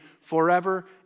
forever